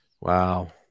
Wow